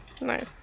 Nice